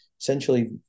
essentially